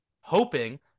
hoping